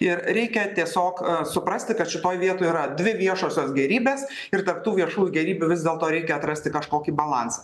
ir reikia tiesiog suprasti kad šitoj vietoj yra dvi viešosios gėrybės ir tarp tų viešųjų gėrybių vis dėlto reikia atrasti kažkokį balansą